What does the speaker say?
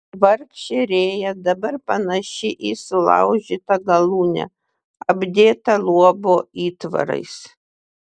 vargšė rėja dabar panaši į sulaužytą galūnę apdėtą luobo įtvarais